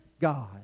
God